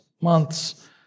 months